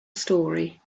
story